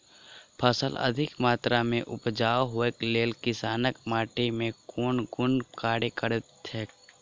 फसल अधिक मात्रा मे उपजाउ होइक लेल किसान माटि मे केँ कुन कार्य करैत छैथ?